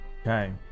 Okay